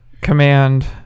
command